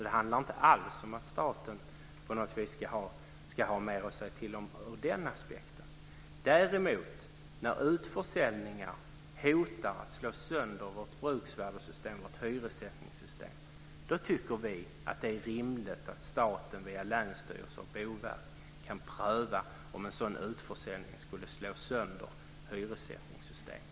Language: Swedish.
Det handlar inte alls om att staten på något vis ska ha mer att säga till om i den aspekten. Däremot när utförsäljningar hotar att slå sönder vårt bruksvärdessystem och vårt hyressättningssystem, tycker vi att det är rimligt att staten via länsstyrelsen och Boverket kan pröva om en sådan utförsäljning skulle slå sönder hyressättningssystemet.